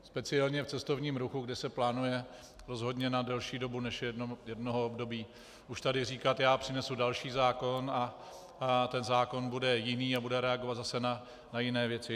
Speciálně v cestovním ruchu, kde se plánuje rozhodně na delší dobu než jen jednoho období, už tady říkat: já přinesu další zákon a ten zákon bude jiný a bude reagovat zase na jiné věci.